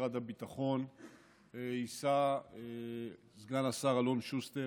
משרד הביטחון יישא סגן השר אלון שוסטר.